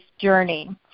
journey